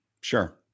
Sure